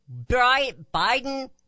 Biden